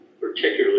particularly